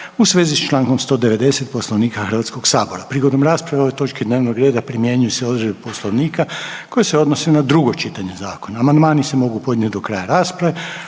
u svezi s čl. 190. Poslovnika HS-a. Prigodom rasprave o ovoj točki dnevnog reda primjenjuju se odredbe Poslovnika koje se odnose na drugo čitanje zakona. Amandmani se mogu podnijet do kraja rasprave.